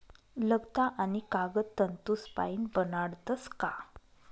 लगदा आणि कागद तंतूसपाईन बनाडतस का